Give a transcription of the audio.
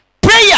Prayer